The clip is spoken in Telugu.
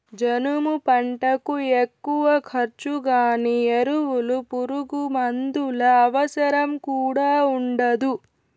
జనుము పంటకు ఎక్కువ ఖర్చు గానీ ఎరువులు పురుగుమందుల అవసరం కూడా ఉండదు